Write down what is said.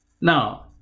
Now